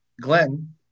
Glenn